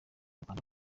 rwanda